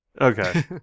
Okay